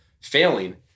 failing